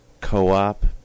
co-op